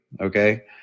Okay